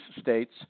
states